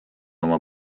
oma